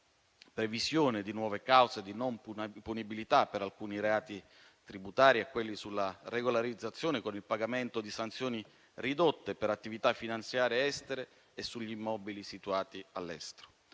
previsione di nuove cause di non punibilità per alcuni reati tributari e a quelli sulla regolarizzazione con il pagamento di sanzioni ridotte per attività finanziarie estere e sugli immobili situati all'estero.